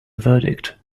verdict